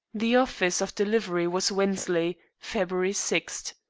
the office of delivery was wensley, february six.